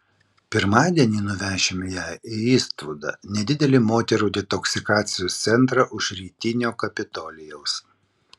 pirmadienį nuvešime ją į istvudą nedidelį moterų detoksikacijos centrą už rytinio kapitolijaus